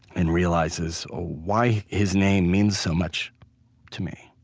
and realizes ah why his name means so much to me,